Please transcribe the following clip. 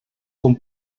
com